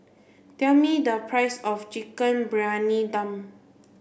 tell me the price of chicken Briyani Dum